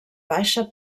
baixa